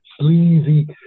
sleazy